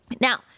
Now